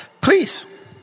Please